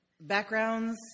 backgrounds